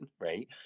right